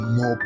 no